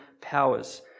powers